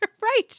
Right